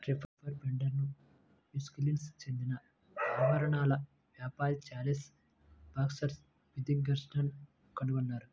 reaper బైండర్ను Wisconsin చెందిన ఆభరణాల వ్యాపారి చార్లెస్ బాక్స్టర్ విథింగ్టన్ కనుగొన్నారు